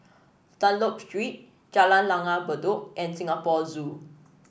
Dunlop Street Jalan Langgar Bedok and Singapore Zoo